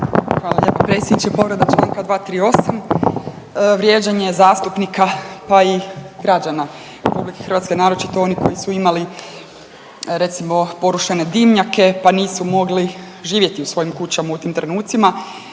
Hvala lijepo predsjedniče. Povreda članka 238. vrijeđanje zastupnika pa i građana Republike Hrvatske naročito onih koji su imali recimo porušene dimnjake, pa nisu mogli živjeti u svojim kućama u tim trenucima.